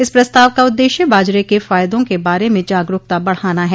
इस प्रस्ताव का उद्देश्य बाजरे के फायदों के बारे में जागरूकता बढ़ाना है